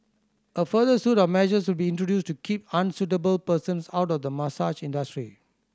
a further suite of measures will be introduced to keep unsuitable persons out of the massage industry